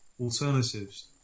alternatives